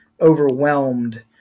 overwhelmed